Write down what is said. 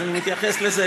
אז אני מתייחס לזה,